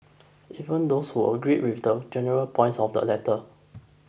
even those who agreed with the general points of the letter